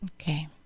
Okay